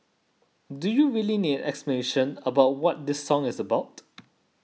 do you really need explanation about what this song is about